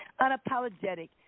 Unapologetic